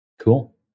Cool